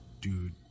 dude